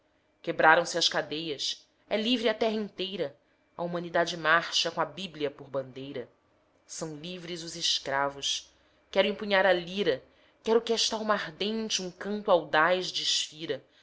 andes quebraram se as cadeias é livre a terra inteira a humanidade marcha com a bíblia por bandeirasão livres os escravos quero empunhar a lira quero que est'alma ardente um canto audaz desfira